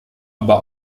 aber